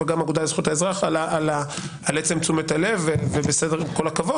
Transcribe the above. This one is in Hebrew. גם האגודה לזכויות האזרח על תשומת הלב וכל הכבוד,